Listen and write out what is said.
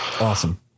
Awesome